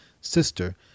sister